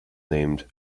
named